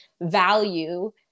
value